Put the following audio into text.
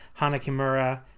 Hanakimura